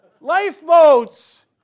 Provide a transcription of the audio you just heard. Lifeboats